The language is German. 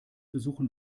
besuchen